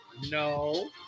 No